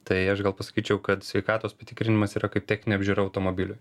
tai aš gal pasakyčiau kad sveikatos patikrinimas yra kaip techninė apžiūra automobiliui